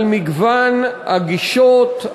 על מגוון הגישות,